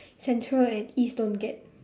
central and east don't get